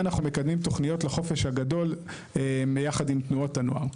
ואנחנו מקדמים תוכניות לחופש הגדול ביחד עם תנועות הנוער.